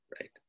right